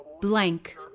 blank